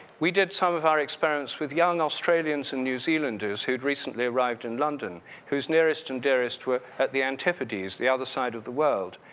we did some of our experiments with young australians and new zealanders who'd recently arrived in london who's nearest and dearest were at the antipodes, the other side of the world.